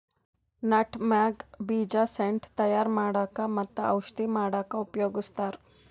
nutmeg ಬೀಜ scent ತಯಾರ್ ಮಾಡಕ್ಕ್ ಮತ್ತ್ ಔಷಧಿ ಮಾಡಕ್ಕಾ ಉಪಯೋಗಸ್ತಾರ್